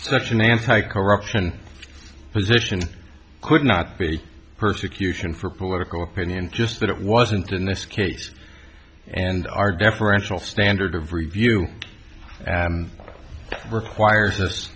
such an anti corruption position could not be persecution for political opinion just that it wasn't in this case and our deferential standard of review requires